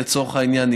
לצורך העניין,